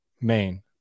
main